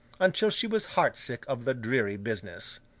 until she was heart-sick of the dreary business.